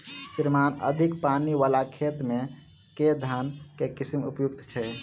श्रीमान अधिक पानि वला खेत मे केँ धान केँ किसिम उपयुक्त छैय?